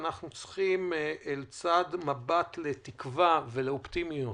לצד מבט לתקווה ולאופטימיות,